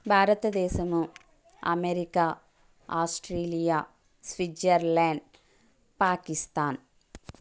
భారత దేశము America Australia Switzerland Pakistan